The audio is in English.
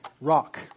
rock